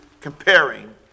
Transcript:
comparing